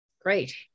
Great